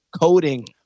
coding